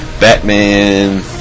Batman